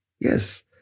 yes